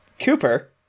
cooper